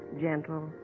gentle